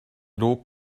lob